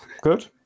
Good